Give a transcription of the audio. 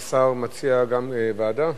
השר מציע גם ועדה?